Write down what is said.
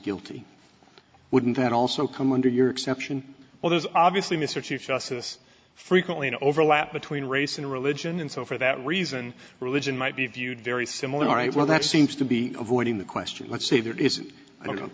guilty wouldn't that also come under your exception well those obviously mr chief justice frequently an overlap between race and religion and so for that reason religion might be viewed very similar all right well that seems to be avoiding the question let's say there is i don't